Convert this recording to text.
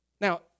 Now